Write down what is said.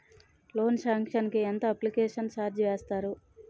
Loan sanction కి ఎంత application charge వేస్తారు?